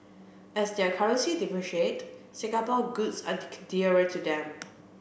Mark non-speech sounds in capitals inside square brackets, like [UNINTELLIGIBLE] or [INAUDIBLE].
as their currencies depreciate Singapore goods are [UNINTELLIGIBLE] dearer to them